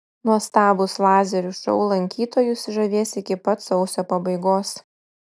nuostabūs lazerių šou lankytojus žavės iki pat sausio pabaigos